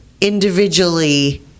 individually